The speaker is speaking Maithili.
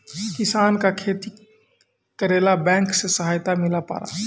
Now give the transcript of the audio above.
किसान का खेती करेला बैंक से सहायता मिला पारा?